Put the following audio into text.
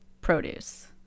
produce